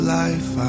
life